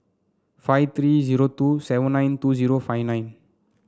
five three zero seven nine two zero five nine